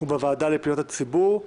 בוועדה לפניות הציבור,